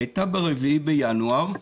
היא הייתה ב-4 בינואר.